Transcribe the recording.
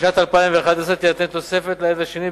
בשנת 2011 תינתן תוספת לילד השני,